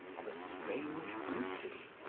of a strange beauty,